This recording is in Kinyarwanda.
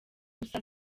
gusa